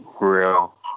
Real